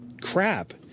crap